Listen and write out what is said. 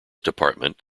department